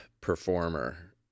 performer